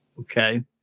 Okay